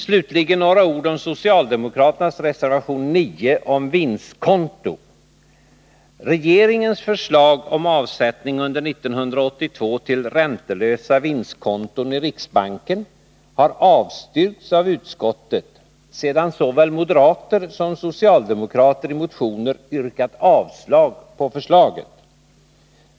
Slutligen några ord om socialdemokraternas reservation 9 om vinstkonto. Regeringens förslag om avsättning under 1982 till räntelösa vinstkonton i riksbanken har avstyrkts av utskottet sedan såväl moderater som socialdemokrater i motioner yrkat avslag på förslaget.